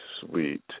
sweet